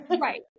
Right